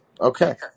Okay